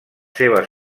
seves